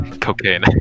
cocaine